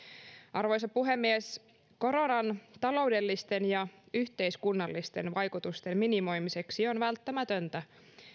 arvoisa puhemies koronan taloudellisten ja yhteiskunnallisten vaikutusten minimoimiseksi on välttämätöntä